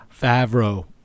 Favreau